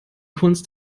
kunst